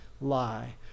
lie